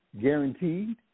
guaranteed